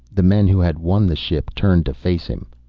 the men who had won the ship turned to face him.